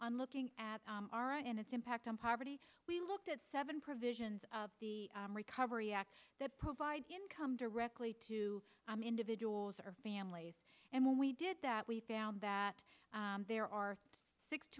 on looking at our and its impact on poverty we looked at seven provisions of the recovery act that provide income directly to individuals or families and when we did that we found that there are six